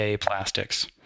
plastics